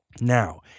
Now